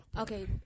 Okay